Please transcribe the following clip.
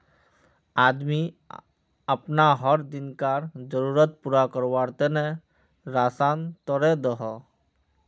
आदमी अपना हर दिन्कार ज़रुरत पूरा कारवार तने राशान तोड़े दोहों